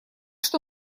что